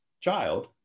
child